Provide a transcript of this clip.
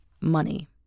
Money